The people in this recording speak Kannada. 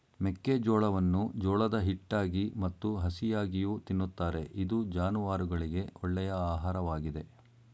ಮೆಕ್ಕೆಜೋಳವನ್ನು ಜೋಳದ ಹಿಟ್ಟಾಗಿ ಮತ್ತು ಹಸಿಯಾಗಿಯೂ ತಿನ್ನುತ್ತಾರೆ ಇದು ಜಾನುವಾರುಗಳಿಗೆ ಒಳ್ಳೆಯ ಆಹಾರವಾಗಿದೆ